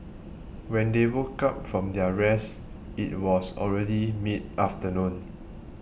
when they woke up from their rest it was already mid afternoon